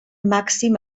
màxim